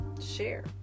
share